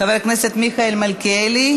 חוק ומשפט להכנה לקריאה